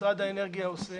שמשרד האנרגיה עושה